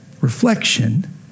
reflection